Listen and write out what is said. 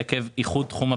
אגף התקציבים.